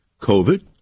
COVID